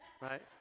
right